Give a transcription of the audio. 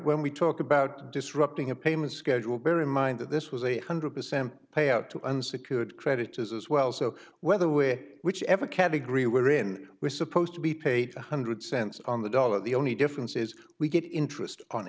when we talk about disrupting a payment schedule bear in mind that this was a hundred percent payout to unsecured creditors as well so whether we're whichever can't agree we're in we're supposed to be paid one hundred cents on the dollar the only difference is we get interest on